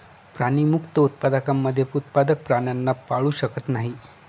प्राणीमुक्त उत्पादकांमध्ये उत्पादक प्राण्यांना पाळू शकत नाही